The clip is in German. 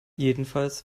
jedenfalls